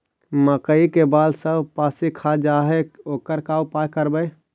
मकइ के बाल सब पशी खा जा है ओकर का उपाय करबै?